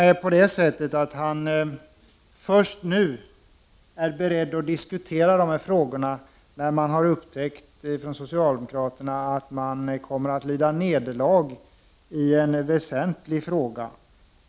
Det är t.o.m. så att han först nu är beredd att diskutera de här frågorna, när socialdemokraterna har upptäckt att man kommer att lida nederlag i en väsentlig fråga.